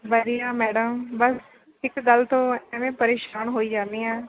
ਵਧੀਆ ਮੈਡਮ ਬਸ ਇੱਕ ਗੱਲ ਤੋਂ ਐਵੇਂ ਪਰੇਸ਼ਾਨ ਹੋਈ ਜਾਂਦੀ ਹਾਂ